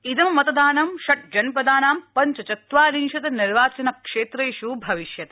इदं मतदानं षट् जनपदानां पञ्च चत्वारिंशत् निर्वाचन क्षेत्रेष् भविष्यति